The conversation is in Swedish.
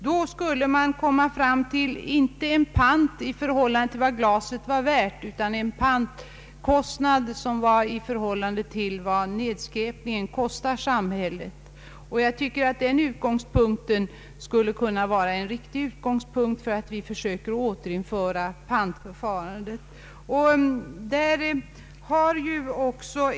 Panten skulle inte uppgå till glasets värde, utan beräknas i förhållande till vad nedskräpningen nu kostar samhället. Den utgångspunkten anser jag vara riktig då det gäller att försöka återinföra pantförfarandet.